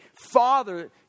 Father